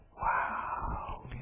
wow